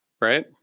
right